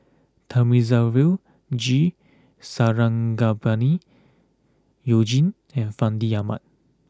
Thamizhavel G Sarangapani you Jin and Fandi Ahmad